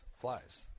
flies